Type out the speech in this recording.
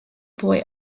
boy